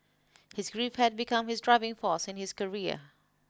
his grief had become his driving force in his career